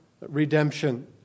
redemption